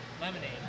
Lemonade